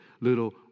little